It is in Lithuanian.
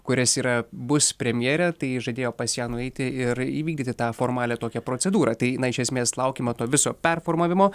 kurias yra bus premjere tai žadėjo pas ją nueiti ir įvykdyti tą formalią tokią procedūrą tai jinai iš esmės laukiama to viso performavimo